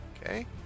Okay